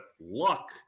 luck